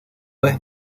vez